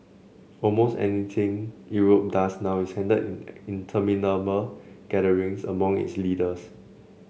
almost anything Europe does now is handled in interminable gatherings among its leaders